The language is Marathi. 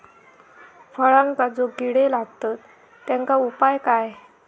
फळांका जो किडे लागतत तेनका उपाय काय?